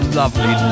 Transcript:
lovely